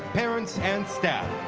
parents and staff.